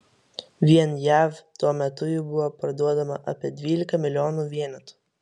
vien jav tuo metu jų buvo parduodama apie dvylika milijonų vienetų